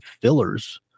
fillers